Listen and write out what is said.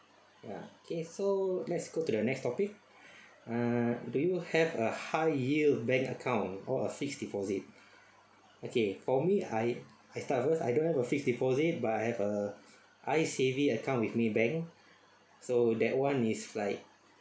ya okay so let's go to the next topic ah do you have a high yield bank account or a fixed deposit okay for me I I start first I don't have a fixed deposit but I have a i-saving account with Maybank so that one is like